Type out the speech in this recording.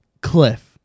Cliff